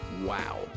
wow